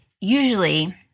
usually